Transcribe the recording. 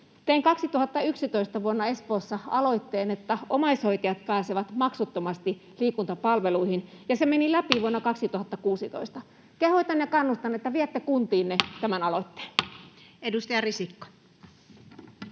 Tein vuonna 2011 Espoossa aloitteen, että omaishoitajat pääsevät maksuttomasti liikuntapalveluihin, ja se meni läpi vuonna 2016. Kehotan ja kannustan, että viette kuntiinne